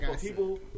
people